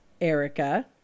erica